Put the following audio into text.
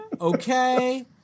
Okay